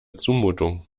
zumutung